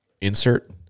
insert